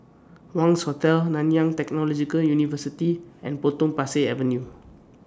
Wangz Hotel Nanyang Technological University and Potong Pasir Avenue